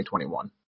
2021